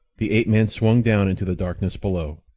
the ape-man swung down into the darkness below.